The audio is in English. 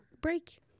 break